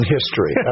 History